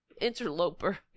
Interloper